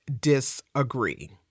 disagree